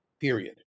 Period